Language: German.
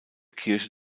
kirche